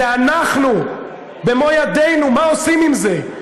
זה אנחנו, במו-ידינו, מה עושים עם זה?